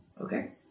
Okay